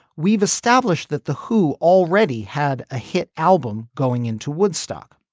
we've established that the who already had a hit album going into woodstock.